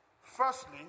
Firstly